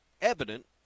evident